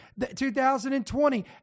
2020